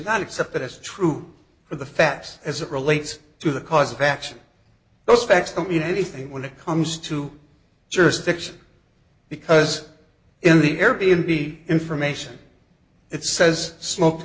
not accepted as true for the facts as it relates to the cause of action those facts the mean anything when it comes to jurisdiction because in the air b n b information it says smoke